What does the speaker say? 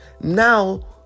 Now